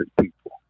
people